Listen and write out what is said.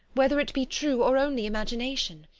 whether it be true or only imagination.